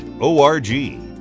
O-R-G